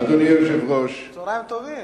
אדוני היושב-ראש, צהריים טובים,